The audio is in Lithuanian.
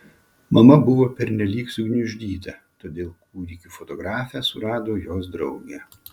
mama buvo pernelyg sugniuždyta todėl kūdikių fotografę surado jos draugė